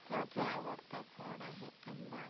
माझं आवडता फळ आहे आंबा